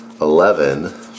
eleven